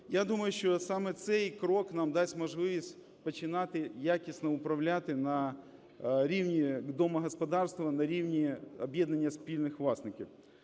Я думаю, що саме цей крок нам дасть можливість починати якісно управляти на рівні домогосподарства, на рівні об'єднання спільних власників.